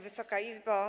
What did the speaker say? Wysoka Izbo!